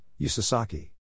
Yusasaki